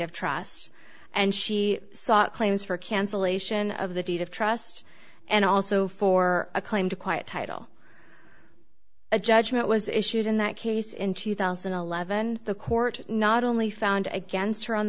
of trust and she sought claims for cancellation of the deed of trust and also for a claim to quiet title a judgment was issued in that case in two thousand and eleven the court not only found against her on